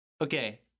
Okay